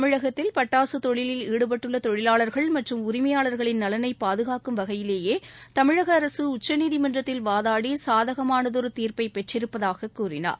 தமிழகத்தில் பட்டாசுதொழிலில் ஈடுபட்டுள்ளதொழிலாளர்கள் மற்றும் உரிமையாளர்களின் நலனைபாதுகாக்கும் வகையிலேயேதமிழகஅரசுஉச்சநீதிமன்றத்தில் வாதாடிசாதகமானதொருதீர்ப்பைபெற்றிருப்பதாககூறினார்